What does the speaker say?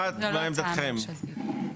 מה עמדת הלשכות?